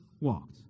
walked